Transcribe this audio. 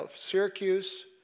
Syracuse